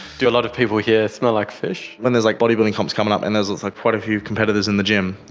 do a lot of people here smell like fish? when there's like bodybuilding comps coming up and there's like quite a few competitors in the gym, yeah,